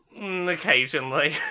Occasionally